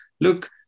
look